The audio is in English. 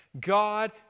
God